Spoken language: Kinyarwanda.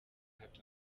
hato